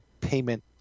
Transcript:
payment